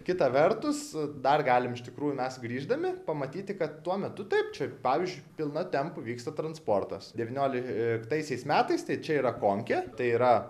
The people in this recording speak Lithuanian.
kita vertus dar galim iš tikrųjų mes grįždami pamatyti kad tuo metu taip čia pavyzdžiui pilnu tempu vyksta transportas devynioliktaisiais metais tai čia yra konkė tai yra